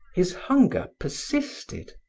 his hunger persisted.